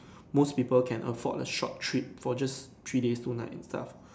most people can afford the short trip for just three days two nights stuff